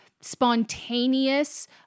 spontaneous